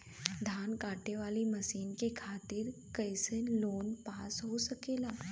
धान कांटेवाली मशीन के खातीर कैसे लोन पास हो सकेला?